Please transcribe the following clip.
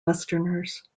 westerners